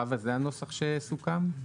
חוה, זה הנוסח שסוכם?